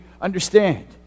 understand